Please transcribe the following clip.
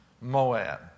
Moab